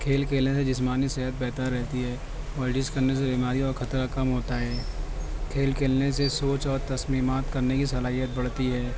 کھیل کھیلنے سے جسمانی صحت بہتر رہتی ہے ورزش کرنے سے بیماریوں کا خطرہ کم ہوتا ہے کھیل کھیلنے سے سوچ اور تسلیمات کرنے کی صلاحیت بڑھتی ہے